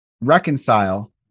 reconcile